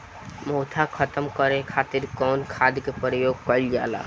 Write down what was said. मोथा खत्म करे खातीर कउन खाद के प्रयोग कइल जाला?